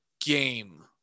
game